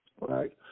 right